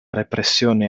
repressione